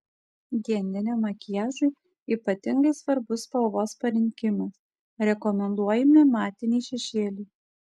dieniniam makiažui ypatingai svarbus spalvos parinkimas rekomenduojami matiniai šešėliai